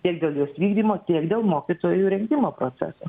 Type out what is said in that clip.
tiek dėl jos vykdymo tiek dėl mokytojų rengimo proceso